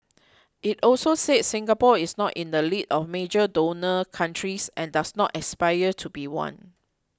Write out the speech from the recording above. it also said Singapore is not in the league of major donor countries and does not aspire to be one